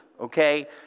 okay